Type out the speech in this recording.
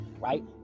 right